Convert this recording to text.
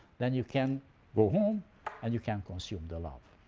then you can go home and you can consume the love.